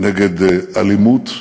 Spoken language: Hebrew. נגד אלימות,